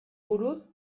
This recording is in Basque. buruz